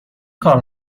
کار